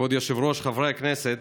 כבוד היושב-ראש, חברי הכנסת,